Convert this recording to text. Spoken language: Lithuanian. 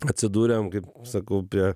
atsidūrėm kaip sakau prie